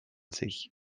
sich